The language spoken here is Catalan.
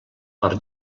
per